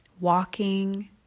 walking